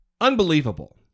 Unbelievable